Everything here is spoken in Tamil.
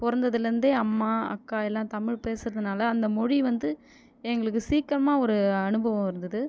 பிறந்ததுலேந்தே அம்மா அக்கா எல்லாம் தமிழ் பேசுகிறதுனால அந்த மொழி வந்து எங்களுக்கு சீக்கிரமாக ஒரு அனுபவம் இருந்தது